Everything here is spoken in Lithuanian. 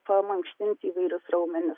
pamankštinti įvairius raumenis